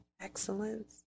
excellence